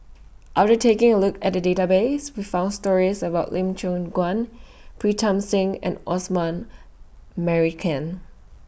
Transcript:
after taking A Look At The Database We found stories about Lim Siong Guan Pritam Singh and Osman Merican